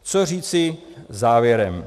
Co říci závěrem.